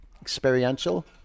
Experiential